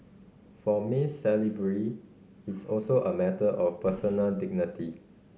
for Miss Salisbury it's also a matter of personal dignity